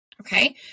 Okay